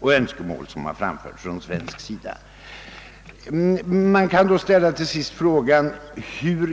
och önskemål som framförts från svensk sida. För dem har huvudsyftet varit att snarast framlägga en i stort sett godtagbar avtalstext.